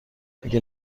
اگه